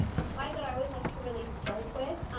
and a slide that i would like to really start with,